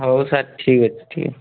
ହେଉ ସାର୍ ଠିକ୍ଅଛି ଠିକ୍